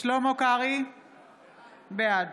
בעד